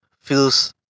feels